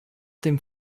dem